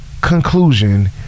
conclusion